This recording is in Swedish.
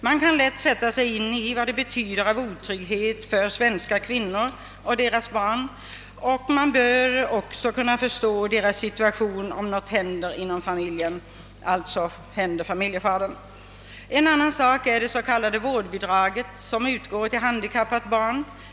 Man kan lätt sätta sig in i vad detta betyder av otrygghet för svenska kvinnor och deras barn. Man bör också kunna förstå deras situation, om något händer familjefadern. En annan sak är det s.k. vårdbidraget, som utgår till handikappat barn.